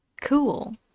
Cool